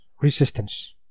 resistance